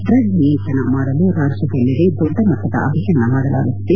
drug ನಿಯಂತ್ರಣ ಮಾಡಲು ರಾಜ್ಯದೆಲ್ಲೆಡೆ ದೊಡ್ಡ ಮಟ್ಟದ ಅಭಿಯಾನ ಮಾಡಲಾಗುತ್ತಿದೆ